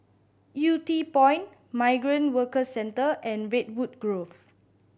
Yew Tee Point Migrant Workers Centre and Redwood Grove